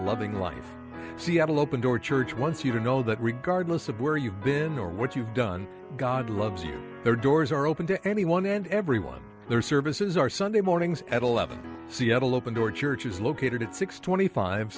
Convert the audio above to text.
loving one seattle open door church once you know that regardless of where you've been or what you've done god loves you there doors are open to anyone and everyone their services are sunday mornings at eleven seattle open door church is located at six twenty five